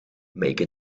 make